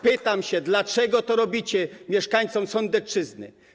Pytam: Dlaczego to robicie mieszkańcom Sądecczyzny?